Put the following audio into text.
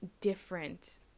different